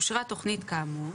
אושרה תכנית כאמור